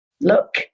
look